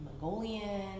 Mongolian